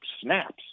snaps